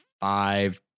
Five